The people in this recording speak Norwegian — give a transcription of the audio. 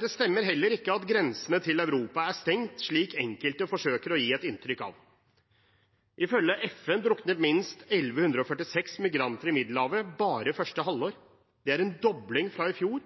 Det stemmer heller ikke at grensene til Europa er stengt, slik enkelte forsøker å gi et inntrykk av. Ifølge FN druknet minst 1 146 migranter i Middelhavet bare i første halvår, en dobling fra i fjor,